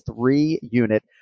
three-unit